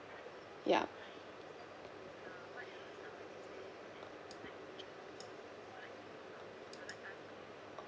ya